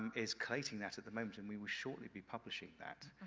is collating that at the moment and we will shortly be publishing that,